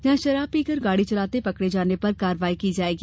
जहां शराब पीकर गाड़ी चलाते पकड़े जाने पर कार्यवाही की जायेगी